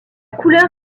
couleur